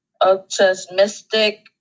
optimistic